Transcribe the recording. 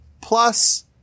plus